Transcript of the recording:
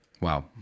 Wow